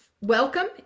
welcome